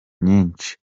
nyinshi